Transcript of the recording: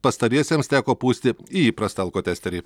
pastariesiems teko pūsti į įprastą alkotesterį